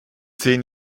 zehn